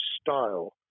style